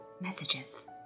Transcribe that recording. messages